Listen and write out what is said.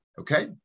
Okay